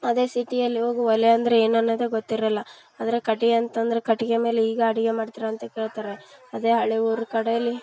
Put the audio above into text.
ಅದೇ ಸಿಟಿಯಲ್ಲಿ ಹೋಗು ಒಲೆ ಅಂದರೆ ಏನು ಅನ್ನೋದೆ ಗೊತ್ತಿರೋಲ್ಲ ಆದರೆ ಕಟ್ಗೆ ಅಂತಂದ್ರೆ ಕಟ್ಗೆ ಮೇಲೆ ಈಗ ಅಡಿಗೆ ಮಾಡ್ತೀರಾ ಅಂತ ಕೇಳ್ತಾರೆ ಅದೇ ಹಳ್ಳಿ ಊರು ಕಡೇಲಿ